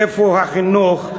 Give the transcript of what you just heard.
איפה החינוך?